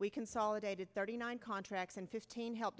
we consolidated thirty nine contracts and fifteen help